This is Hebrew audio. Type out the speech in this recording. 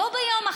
בו-ביום,